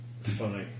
Funny